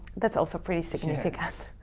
that's also pretty significant.